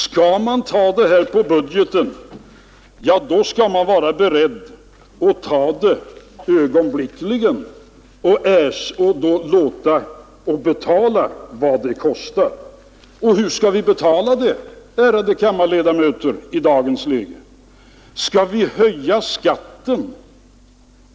Skall man ta det här på budgeten, då skall man vara beredd att ta det ögonblickligen och betala vad det kostar. Och hur skall vi betala det, ärade kammarledamöter, i dagens läge? Skall vi höja skatten?